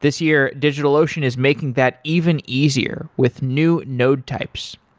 this year, digitalocean is making that even easier with new node types.